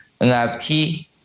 NFT